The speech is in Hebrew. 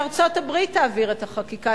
שארצות-הברית תעביר את החקיקה,